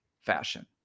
fashion